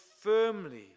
firmly